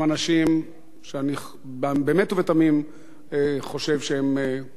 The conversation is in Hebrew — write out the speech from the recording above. באמת ובתמים, חושב שהם מעוניינים בשלום ובדו-קיום.